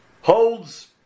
holds